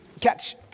Catch